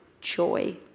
joy